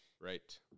right